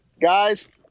Guys